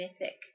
mythic